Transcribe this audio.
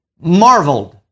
marveled